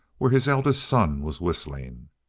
where his eldest son was whistling.